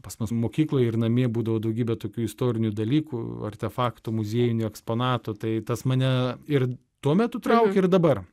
pas mus mokykloj ir namie būdavo daugybė tokių istorinių dalykų artefaktų muziejinių eksponatų tai tas mane ir tuo metu traukė ir dabar